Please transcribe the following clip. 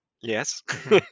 yes